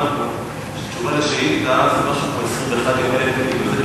למדנו שתשובה על שאילתא זה משהו כמו 21 ימים.